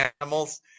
animals